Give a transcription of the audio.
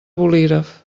bolígraf